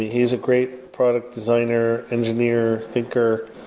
he's a great product designer, engineer, thinker.